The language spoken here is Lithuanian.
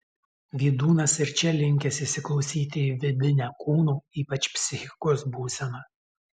vydūnas ir čia linkęs įsiklausyti į vidinę kūno ypač psichikos būseną